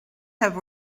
have